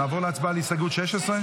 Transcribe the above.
נעבור להצבעה על הסתייגות 16?